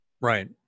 Right